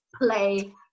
play